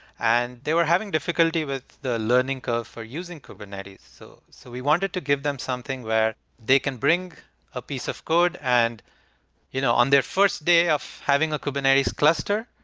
and they were having difficulty with the learning curve for using kubernetes. so so we wanted to give them something where they can bring a piece of code, and you know on their first day of having a kubernetes cluster,